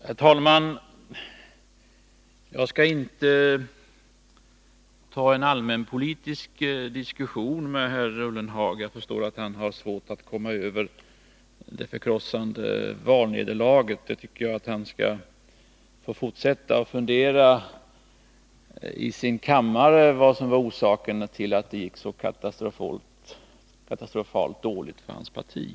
Herr talman! Jag skall inte ta upp en allmänpolitisk diskussion med herr Ullenhag. Jag förstår att han har svårt att komma över det förkrossande valnederlaget, men jag tycker att han skall få fortsätta att i sin kammare fundera över vad som var orsaken till att det gick så katastrofalt dåligt för hans parti.